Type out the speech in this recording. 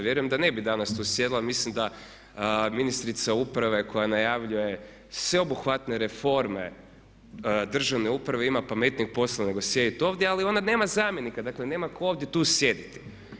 Vjerujem da ne bi danas tu sjedila, mislim da ministrica uprave koja najavljuje sveobuhvatne reforme državne uprave ima pametnijeg posla nego sjediti ovdje ali ona nema zamjenika, dakle nema tko ovdje tu sjediti.